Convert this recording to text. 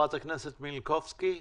חברת הכנסת מלינובסקי.